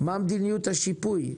מה מדיניות השיפוי?